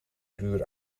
duur